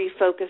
refocus